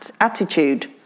attitude